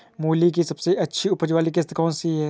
मूली की सबसे अच्छी उपज वाली किश्त कौन सी है?